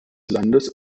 landes